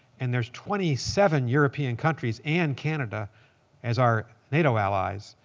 and there's twenty seven european countries and canada as our nato allies.